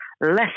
less